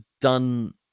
done